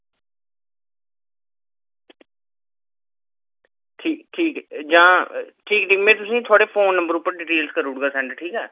ठीक ठीक जां ठीक में तुंदे फोन नंबर उप्पर करी ओड़गा डिटेल सेंड ठीक ऐ